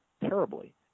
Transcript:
terribly